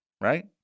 right